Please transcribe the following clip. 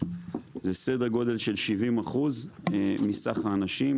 זה סדר גודל של 70% מסך האנשים.